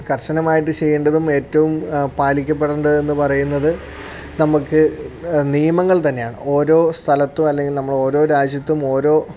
കർശനമായിട്ട് ചെയ്യേണ്ടതും ഏറ്റവും പാലിക്കപ്പെടേണ്ടത് എന്നു പറയുന്നത് നമ്മൾക്ക് നിയമങ്ങൾ തന്നെയാണ് ഓരോ സ്ഥലത്തും അല്ലെങ്കിൽ നമ്മൾ ഓരോ രാജ്യത്തും ഓരോ